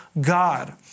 God